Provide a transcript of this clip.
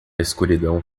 escuridão